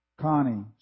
Connie